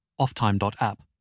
offtime.app